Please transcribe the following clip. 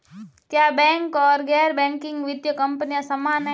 क्या बैंक और गैर बैंकिंग वित्तीय कंपनियां समान हैं?